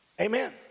Amen